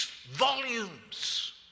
volumes